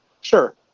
Sure